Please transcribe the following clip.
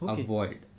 avoid